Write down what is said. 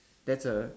that's A